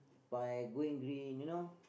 by going drink you know